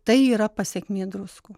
tai yra pasekmė druskų